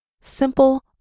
Simple